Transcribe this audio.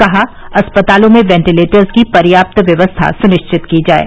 कहा अस्पतालों में वेंटीलेटर्स की पर्याप्त व्यवस्था स्निश्चित की जाये